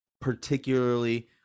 particularly